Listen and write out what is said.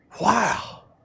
Wow